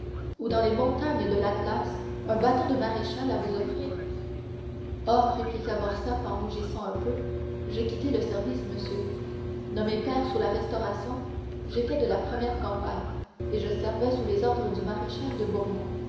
ou dans les montagnes de l'atlas un bâton de maréchal à vous offrir oh répliqua morcerf en rougissant un peu j'ai quitté le service monsieur nommé pair sous la restauration j'étais de la première campagne et je servais sous les ordres du maréchal de